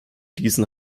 diesen